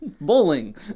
Bowling